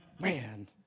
Man